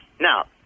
Now